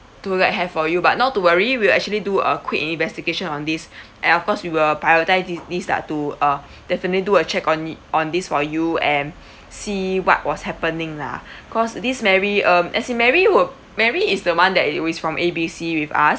tour guide have for you but not to worry we'll actually do a quick investigation on this and of course we will prioritise this this lah to uh definitely do a check on it on this for you and see what was happening lah cause this mary um as in mary wou~ mary is the one that is is from A B C with us